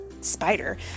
spider